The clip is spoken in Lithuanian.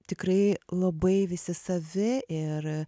tikrai labai visi savi ir